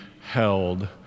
held